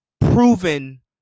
proven